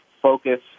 focus